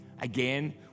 again